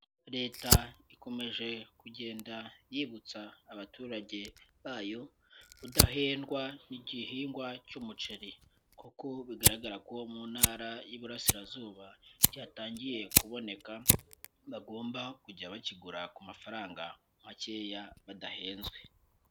Leta ikomeje kugenda yibutsa abaturage bayo kudahendwa n'igihingwa cy'umuceri kuko bigaragara ko mu Ntara y'Iburasirazuba, cyatangiye kuboneka bagomba kujya bakigura ku mafaranga makeya badahenzwe.